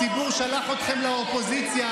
הציבור שלח אתכם לאופוזיציה,